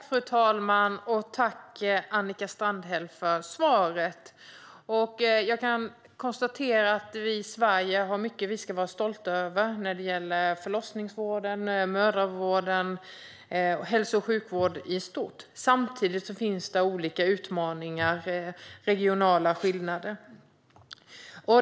Fru talman! Tack, Annika Strandhäll, för svaret! Jag kan konstatera att vi i Sverige har mycket som vi ska vara stolta över när det gäller förlossningsvården, mödravården och hälso och sjukvård i stort. Samtidigt finns det olika utmaningar och regionala skillnader.